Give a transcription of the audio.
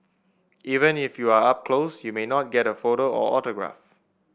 even if you are up close you may not get a photo or autograph